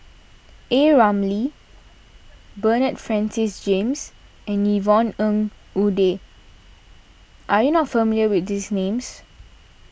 A Ramli Bernard Francis James and Yvonne Ng Uhde are you not familiar with these names